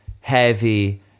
heavy